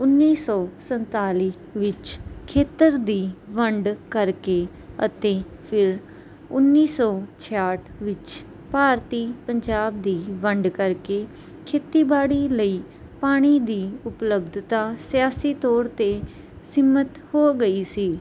ਉੱਨੀ ਸੌ ਸੰਤਾਲੀ ਵਿੱਚ ਖੇਤਰ ਦੀ ਵੰਡ ਕਰਕੇ ਅਤੇ ਫਿਰ ਉੱਨੀ ਸੌ ਛਿਆਹਠ ਵਿੱਚ ਭਾਰਤੀ ਪੰਜਾਬ ਦੀ ਵੰਡ ਕਰਕੇ ਖੇਤੀਬਾੜੀ ਲਈ ਪਾਣੀ ਦੀ ਉਪਲਬਧਤਾ ਸਿਆਸੀ ਤੌਰ 'ਤੇ ਸੀਮਿਤ ਹੋ ਗਈ ਸੀ